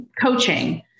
coaching